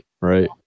Right